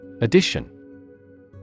Addition